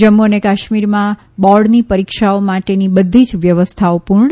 જમ્મુ અને કાશ્મીરમાં બોર્ડની પરીક્ષાઓ માટે બધીજ વ્યવસ્થાઓ પુર્ણ